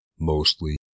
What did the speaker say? mostly